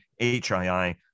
HII